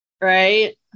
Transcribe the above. right